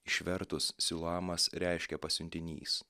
išvertus siluamas reiškia pasiuntinys